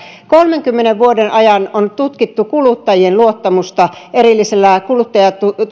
kolmenkymmenen vuoden ajan on tutkittu kuluttajien luottamusta erillisellä